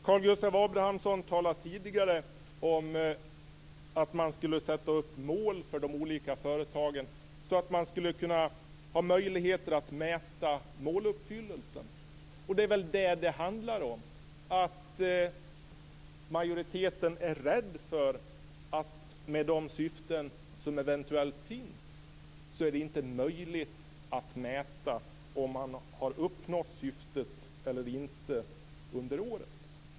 Karl Gustav Abramsson talade tidigare om att man skulle sätta upp mål för de olika företagen så att man hade möjlighet att mäta måluppfyllelsen. Och det är väl detta det handlar om: Majoriteten är rädd att det med de syften som eventuellt finns inte är möjligt att mäta om man har uppnått syftet eller inte under året.